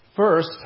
First